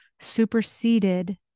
superseded